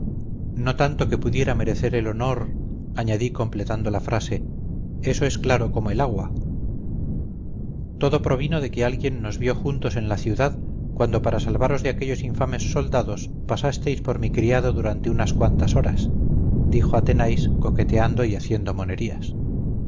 no tanto que pudiera merecer el honor añadí completando la frase eso es claro como el agua todo provino de que alguien nos vio juntos en la ciudad cuando para salvaros de aquellos infames soldados pasasteis por mi criado durante unas cuantas horas dijo athenais coqueteando y haciendo monerías